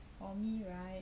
for me right